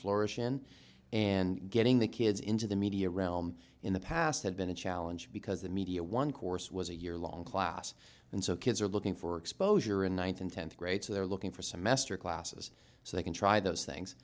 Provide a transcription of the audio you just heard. florida in and getting the kids into the media realm in the past had been a challenge because the media one course was a year long class and so kids are looking for exposure in one thousand tenth grade so they're looking for semester classes so they can try those things